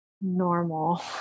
normal